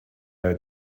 out